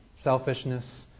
selfishness